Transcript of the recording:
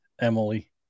Emily